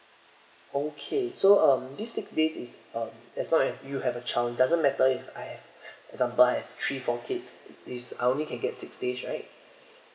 okay so um this six days is um as long as you have a child doesn't matter if I have example I have three four kids is I only can get six days right